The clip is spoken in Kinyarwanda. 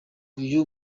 uyu